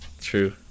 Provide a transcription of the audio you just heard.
True